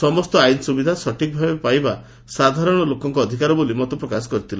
ସମସ୍ତ ଆଇନ ସ୍ବିଧା ସଠିକ୍ ଭାବେ ପାଇବା ସାଧାରଶ ଲୋକଙ୍କ ଅଧିକାର ବୋଲି ପ୍ରକାଶ କରିଥିଲେ